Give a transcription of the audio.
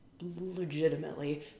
legitimately